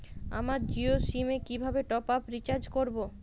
আমার জিও সিম এ কিভাবে টপ আপ রিচার্জ করবো?